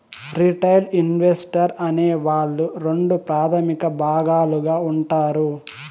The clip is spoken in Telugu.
రిటైల్ ఇన్వెస్టర్ అనే వాళ్ళు రెండు ప్రాథమిక భాగాలుగా ఉంటారు